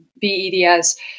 BEDS